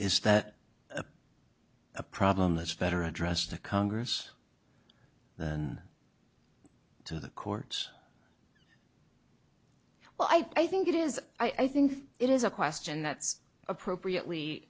is that a problem that's better address to congress than to the courts well i think it is i think it is a question that's appropriately